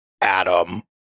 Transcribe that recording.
Adam